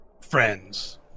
friends